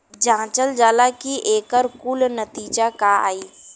जांचल जाला कि एकर कुल नतीजा का आई